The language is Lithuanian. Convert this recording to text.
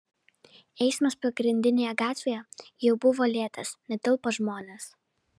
eismas pagrindinėje gatvėje jau buvo lėtas netilpo žmonės